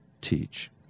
teach